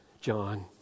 John